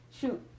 shoot